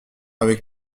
avec